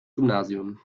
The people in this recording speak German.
gymnasium